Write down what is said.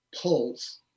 pulls